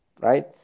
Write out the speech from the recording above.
right